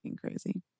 crazy